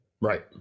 right